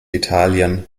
italien